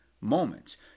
moments